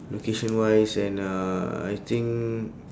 location-wise and uh I think